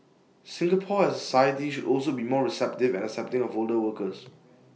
Singapore as A society should also be more receptive and accepting of older workers